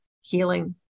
healing